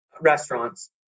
restaurants